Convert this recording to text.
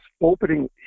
opening